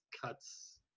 cuts